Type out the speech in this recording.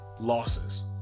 Losses